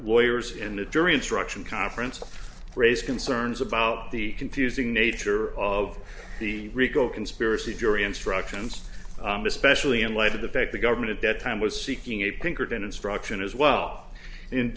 lawyers in the jury instruction conference raise concerns about the confusing nature of the rico conspiracy jury instructions especially in light of the fact the government at that time was seeking a pinkerton instruction as well